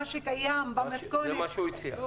שקיים במתכונת --- זה מה שהוא הציע.